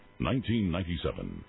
1997